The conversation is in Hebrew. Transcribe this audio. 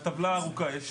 בטבלה הארוכה.